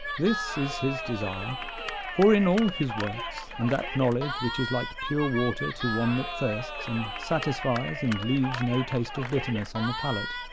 this is his desire for in all his works, and that knowledge which is like pure water to one that thirsts, and satisfies and leaves no taste of bitterness on the palate,